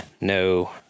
No